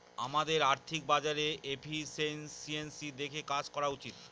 আমাদের আর্থিক বাজারে এফিসিয়েন্সি দেখে কাজ করা উচিত